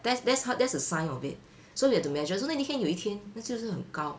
that's that's how that's a sign of it so you have to measure so 那天有一天那就是很高